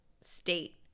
state